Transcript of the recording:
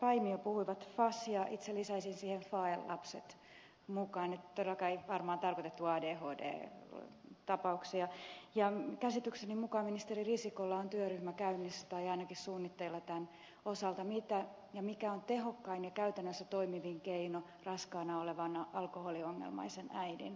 palm puhuivat fas lapsista ja itse lisäisin siihen fae lapset mukaan todellakaan ei varmaan tarkoitettu adhd tapauksia ja käsitykseni mukaan ministeri risikolla on työryhmä käynnissä tai ainakin suunnitteilla tämän osalta mikä on tehokkain ja käytännössä toimivin keino raskaana olevan alkoholiongelmaisen äidin hoidossa